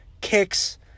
kicks